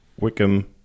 Wickham